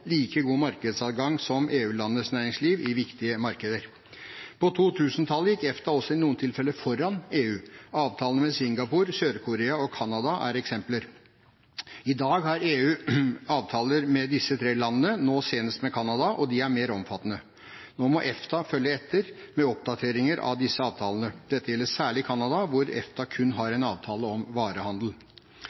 like god markedsadgang som EU-landenes næringsliv i viktige markeder. På 2000-tallet gikk EFTA også i noen tilfeller foran EU. Avtalene med Singapore, Sør-Korea og Canada er eksempler. I dag har også EU avtaler med disse tre landene, nå senest med Canada, og de er mer omfattende. Nå må EFTA følge etter med oppdateringer av disse avtalene. Dette gjelder særlig Canada, hvor EFTA kun har en avtale om varehandel.